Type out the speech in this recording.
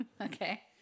Okay